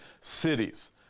cities